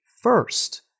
first